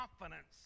confidence